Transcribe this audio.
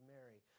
Mary